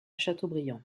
châteaubriant